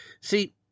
See